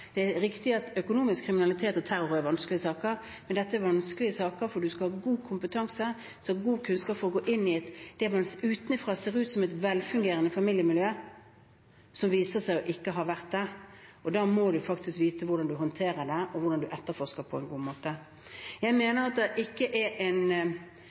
Det er riktig at økonomisk kriminalitet og terror er vanskelige saker, men dette er vanskelige saker, for man skal ha god kompetanse og god kunnskap for å gå inn i det som utenfra ser ut til å være et velfungerende familiemiljø – som viser seg ikke å ha vært det. Da må man faktisk vite hvordan man håndterer det, og hvordan man etterforsker det på en god måte. Jeg mener at det ikke er